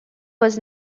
was